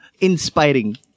Inspiring